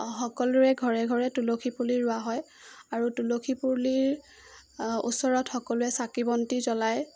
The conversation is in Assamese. সকলোৰে ঘৰে ঘৰে তুলসী পুলি ৰুৱা হয় আৰু তুলসী পুলিৰ ওচৰত সকলোৱে চাকি বন্তি জ্বলায়